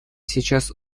сейчас